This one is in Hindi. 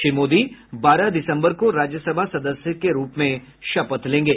श्री मोदी बारह दिसम्बर को राज्यसभा सदस्य के रूप में शपथ लेंगे